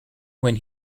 when